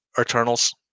eternals